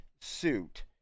suit